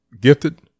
Gifted